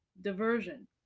diversion